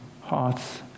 hearts